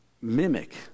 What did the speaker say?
mimic